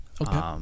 Okay